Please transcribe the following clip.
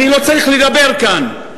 אני לא צריך לדבר כאן.